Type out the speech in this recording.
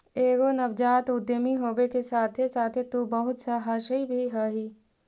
एगो नवजात उद्यमी होबे के साथे साथे तु बहुत सहासी भी हहिं